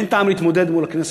אין טעם להתמודד מול הכנסת,